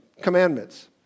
commandments